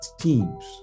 teams